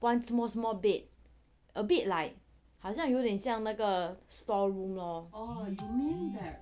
one small small bed a bit like 好像有点像那个 store room lor